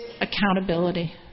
accountability